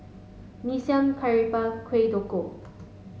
Mee Siam Curry Puff Kueh DoKok